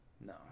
No